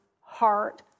heart